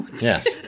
yes